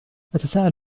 أتساءل